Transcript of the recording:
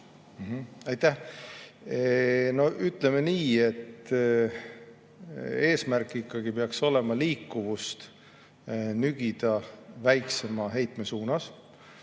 Aitäh! No ütleme nii, et eesmärk peaks olema ikkagi liikuvust nügida väiksema heitme suunas.